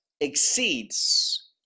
exceeds